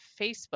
Facebook